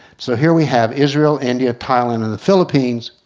so here we have israel, india, thailand and the philippines.